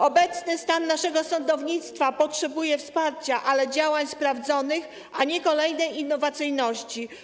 Obecny stan naszego sądownictwa potrzebuje wsparcia, ale działań sprawdzonych, a nie kolejnej innowacji.